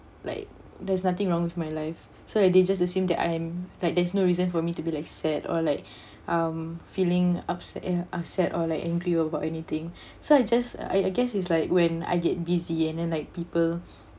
like there's nothing wrong with my life so like they just assume that I'm like there's no reason for me to be like sad or like um feeling upset ya upset or like angry about anything so I just I I guess it's like when I get busy and then like people